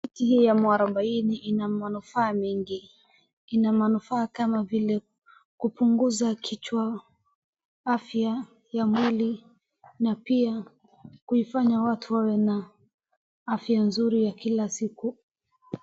mti hii ya mwaurabuaini ina manufaa mengi ina manufaa kama vile kupunguza kichwa afya ya mwili na pia kuifanya watu wawe na afya nzuri ya kila siku